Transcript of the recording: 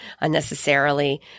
unnecessarily